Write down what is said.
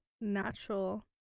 natural